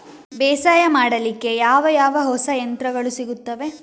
ಬೇಸಾಯ ಮಾಡಲಿಕ್ಕೆ ಯಾವ ಯಾವ ಹೊಸ ಯಂತ್ರಗಳು ಸಿಗುತ್ತವೆ?